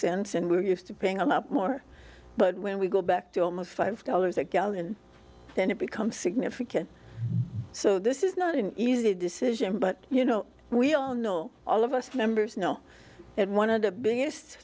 cents and we're used to paying a lot more but when we go back to almost five dollars a gallon then it becomes significant so this is not an easy decision but you know we all know all of us members know that one of the biggest